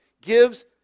gives